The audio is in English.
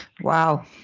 Wow